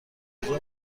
کجا